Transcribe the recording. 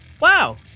Wow